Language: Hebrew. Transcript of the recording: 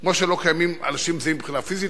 כמו שלא קיימים אנשים זהים מבחינה פיזית,